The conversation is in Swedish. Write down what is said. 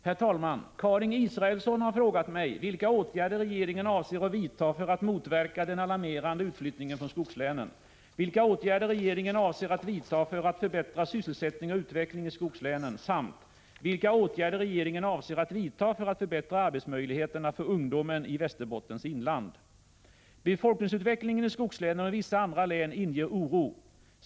Herr talman! Karin Israelsson har frågat mig Befolkningsutvecklingen i skogslänen och i vissa andra län inger oro.